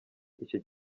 icyo